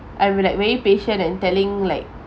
I will like very patient and telling like